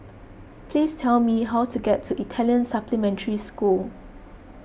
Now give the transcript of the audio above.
please tell me how to get to Italian Supplementary School